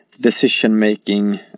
decision-making